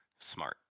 Smart